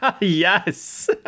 Yes